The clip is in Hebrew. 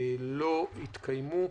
לא התקיימו.